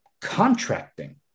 contracting